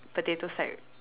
potato sack